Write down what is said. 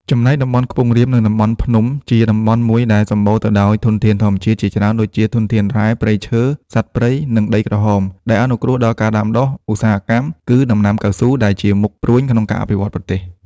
ចំណែកតំបន់ខ្ពងរាប និងតំបន់ភ្នំជាតំបន់មួយ ដែលសំម្បូរទៅដោយធនធានធម្មជាតិជាច្រើនដូចជាធនធានរ៉ែ ព្រៃឈើ សត្វព្រៃ និងដីក្រហមដែលអនុគ្រោះដល់ការដាំដុះ ឧស្សាហកម្ម គឺដំណាំកៅស៊ូដែលជាមុខព្រួញក្នុងការអភិវឌ្ឍប្រទេស។